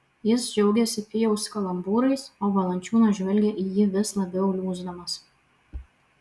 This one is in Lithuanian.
jis džiaugėsi pijaus kalambūrais o valančiūnas žvelgė į jį vis labiau liūsdamas